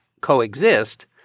coexist